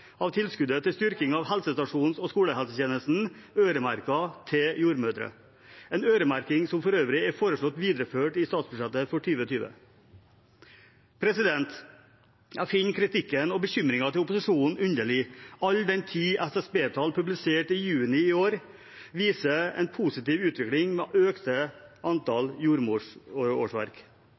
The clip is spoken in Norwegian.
av tilskuddet til styrking av helsestasjons- og skolehelsetjenesten øremerket til jordmødre – en øremerking som for øvrig er foreslått videreført i statsbudsjettet for 2020. Jeg finner kritikken og bekymringen til opposisjonen underlig, all den tid SSB-tall publisert i juni i år viser en positiv utvikling med økte antall jordmorårsverk. Tar vi også med antall årsverk